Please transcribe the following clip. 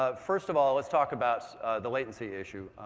ah first of all, let's talk about the latency issue.